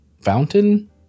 fountain